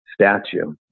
statue